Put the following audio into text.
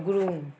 Gurung